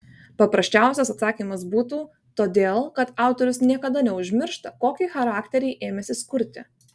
paprasčiausias atsakymas būtų todėl kad autorius niekada neužmiršta kokį charakterį ėmęsis kurti